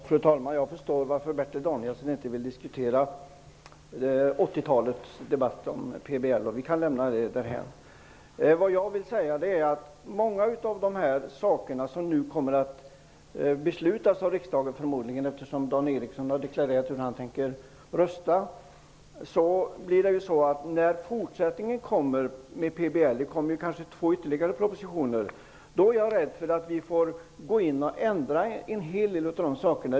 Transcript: Fru talman! Jag förstår mycket väl varför Bertil Danielsson inte vill diskutera 80-talets debatt om PBL, så vi kan lämna det därhän. Många av de saker som nu förmodligen kommer att beslutas av riksdagen -- Dan Eriksson i Stockholm har ju deklarerat hur han tänker rösta -- är jag rädd för att vi kommer att få ändra i fortsättningen. Det kommer kanske två ytterligare propositioner om PBL.